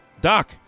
Doc